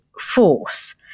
force